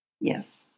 Yes